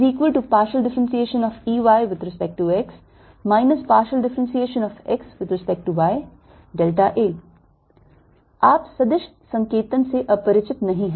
EdlEY∂XXY EX∂yXYEY∂X EX∂yA आप सदिश संकेतन से अपरिचित नहीं हैं